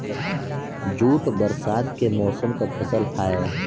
jute बरसात के मौसम क फसल हौ